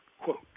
quote